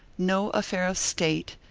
no affair of state,